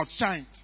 outshined